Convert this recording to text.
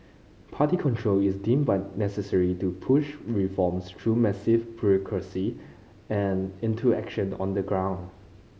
party control is deemed by necessary to push reforms through massive bureaucracy and into action on the ground